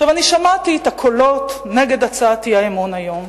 שמעתי את הקולות נגד הצעת האי-אמון היום.